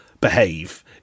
behave